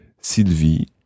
Sylvie